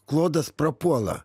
klodas prapuola